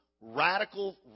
radical